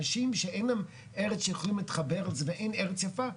אנשים שאין להם ארץ שיכולים להתחבר ואין ארץ יפה,